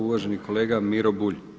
Uvaženi kolega Miro Bulj.